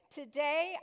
today